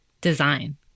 design